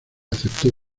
aceptó